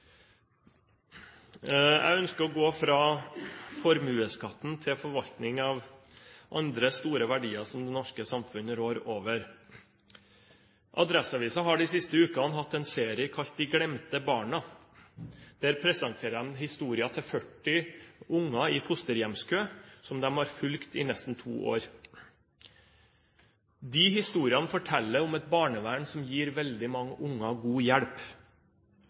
Jeg ønsker å gå fra formuesskatten til forvaltningen av andre store verdier som det norske samfunnet rår over. Adresseavisen har de siste ukene hatt en serie kalt «De glemte barna». Der presenterer de historien til 40 unger i fosterhjemskø, som de har fulgt i nesten to år. Disse historiene forteller om et barnevern som gir veldig mange unger god hjelp.